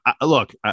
look